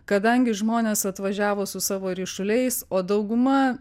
kadangi žmonės atvažiavo su savo ryšuliais o dauguma